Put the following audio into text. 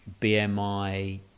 BMI